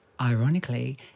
ironically